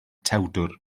tewdwr